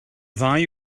ddau